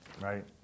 right